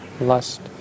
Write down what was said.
lust